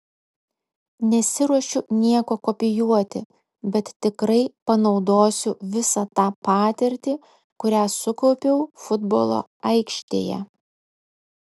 nesiruošiu nieko kopijuoti bet tikrai panaudosiu visą tą patirtį kurią sukaupiau futbolo aikštėje